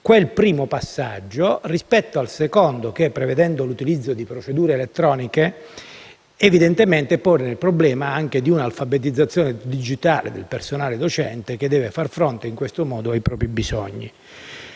il primo passaggio rispetto al secondo che, prevedendo l'utilizzo di procedure elettroniche, evidentemente pone il problema di un'alfabetizzazione digitale del personale docente che deve far fronte in questo modo ai propri bisogni.